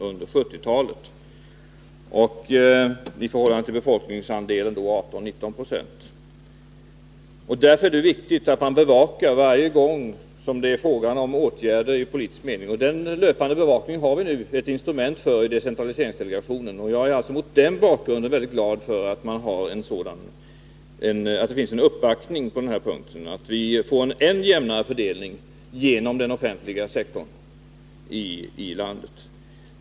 Detta samtidigt som länets andel av befolkningen är 18-19 96. Därför är det viktigt att man varje gång som det är fråga om att vidta decentraliseringspolitiska åtgärder bevakar denna utveckling. Det finns också ett instrument för detta i decentralise ringsdelegationen. Jag är glad över att vi genom riksdagens uttalanden får en uppbackning av strävandena att skapa en än jämnare fördelning av sysselsättningen inom den offentliga sektorn i landet.